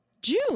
June